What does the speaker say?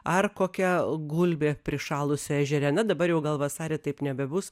ar kokia gulbė prišalusi ežere na dabar jau gal vasarį taip nebebus